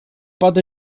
pot